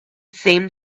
seemed